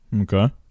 Okay